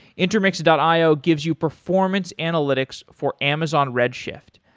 intermix and io gives you performance analytics for amazon redshift.